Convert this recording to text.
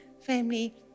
family